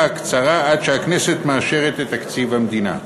הקצרה עד שהכנסת מאשרת את תקציב המדינה.